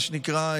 מה שנקרא,